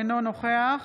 אינו נוכח